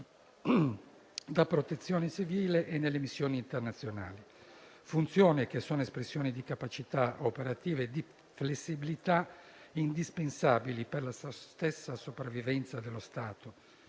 di protezione civile e nelle missioni internazionali; funzioni, che sono espressione di capacità operativa e di flessibilità, indispensabili per la stessa sopravvivenza dello Stato